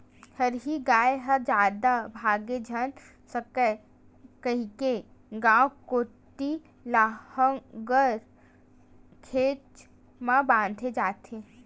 हरही गाय ह जादा भागे झन सकय कहिके गाँव कोती लांहगर घेंच म बांधे जाथे